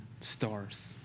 stars